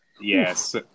Yes